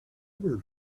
were